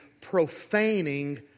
profaning